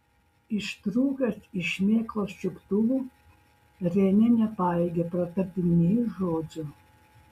ištrūkęs iš šmėklos čiuptuvų renė nepajėgė pratarti nė žodžio